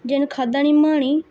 जिन्न खादा निं माह्नी